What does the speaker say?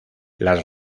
las